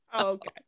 okay